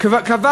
קיץ?